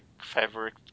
favorite